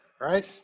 Right